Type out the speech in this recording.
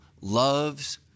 loves